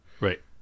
Right